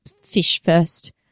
fish-first